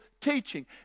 teaching